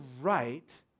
right